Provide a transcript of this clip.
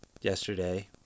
yesterday